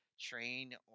train